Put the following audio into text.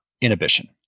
inhibition